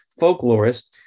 folklorist